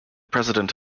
president